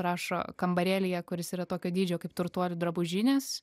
rašo kambarėlyje kuris yra tokio dydžio kaip turtuolių drabužinės